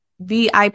VIP